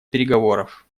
переговоров